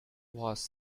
was